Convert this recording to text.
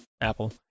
Apple